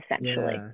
essentially